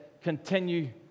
continue